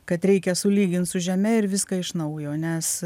kad reikia sulygint su žeme ir viską iš naujo nes